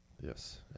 Yes